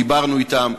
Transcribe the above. דיברנו אתם.